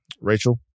Rachel